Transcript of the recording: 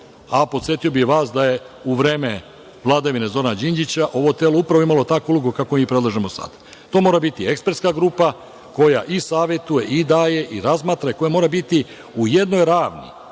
a podsetio bih Vas da je u vreme vladavine Zorana Đinđića ovo telo upravo imalo takvu ulogu kakvu mi predlažemo sad. To mora biti ekspertska grupa koja i savetuje, i daje i razmatra, i mora biti u jednoj ravni